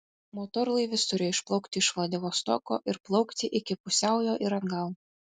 motorlaivis turėjo išplaukti iš vladivostoko ir plaukti iki pusiaujo ir atgal